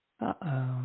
Uh-oh